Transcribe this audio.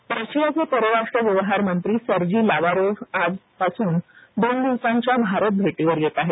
Lavrov रशियाचे परराष्ट्र व्यवहारमंत्री सर्जी लावारोव्ह आजपासून दोन दिवसांच्या भारतभेटीवर येत आहेत